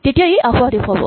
তেতিয়া ই আসোঁৱাহ দেখুৱাব